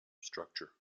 structure